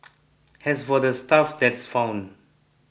as for the stuff that's found